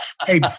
Hey